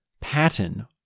pattern